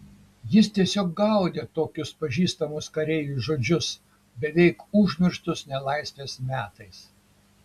jis tiesiog gaudė tokius pažįstamus kareiviui žodžius beveik užmirštus nelaisvės metais